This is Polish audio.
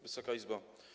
Wysoka Izbo!